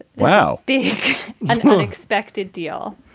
wow. big expected deal.